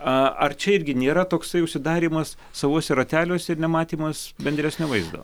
ar čia irgi nėra toksai užsidarymas savuose rateliuose ir nematymas bendresnio vaizdo